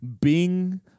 Bing